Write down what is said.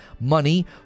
money